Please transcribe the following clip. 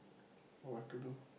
what to do